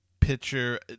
pitcher